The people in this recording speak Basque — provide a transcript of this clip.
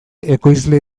ekoizle